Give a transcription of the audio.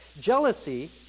Jealousy